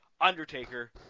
Undertaker